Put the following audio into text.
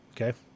Okay